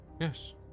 Yes